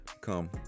Come